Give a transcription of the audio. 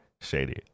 shady